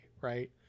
right